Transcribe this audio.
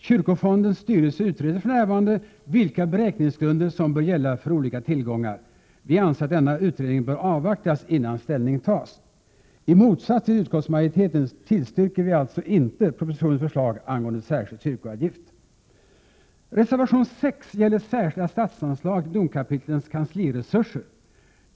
Kyrkofondens styrelse utreder för närvarande vilka beräkningsgrunder som bör gälla för olika tillgångar. Vi anser att denna utredning bör avvaktas innan ställning tas. I motsats till utskottsmajoriteten tillstyrker vi alltså inte propositionens förslag angående särskild kyrkoavgift. Reservation 7 gäller särskilda statsanslag till domkapitlens kansliresurser.